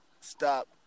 stop